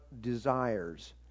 desires